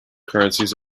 currencies